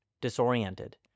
disoriented